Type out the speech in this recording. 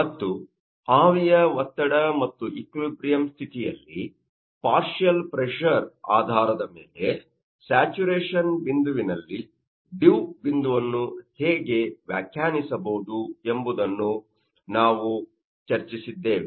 ಮತ್ತು ಆವಿಯ ಒತ್ತಡ ಮತ್ತು ಈಕ್ವಿಲಿಬ್ರಿಯಮ್Equilibrium ಸ್ಥಿತಿಯಲ್ಲಿ ಪಾರ್ಷಿಯಲ್ ಪ್ರೆಶರ್Partial pressure ಆಧಾರದ ಮೇಲೆ ಸ್ಯಾಚುರೇಶನ್ ಬಿಂದುವಿನಲ್ಲಿ ಡಿವ್ ಬಿಂದುವನ್ನು ಹೇಗೆ ವ್ಯಾಖ್ಯಾನಿಸಬಹುದು ಎಂಬುದನ್ನು ನಾವು ಚರ್ಚಿಸಿದ್ದೇವೆ